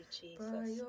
Jesus